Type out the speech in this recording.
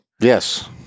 Yes